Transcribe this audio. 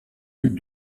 monde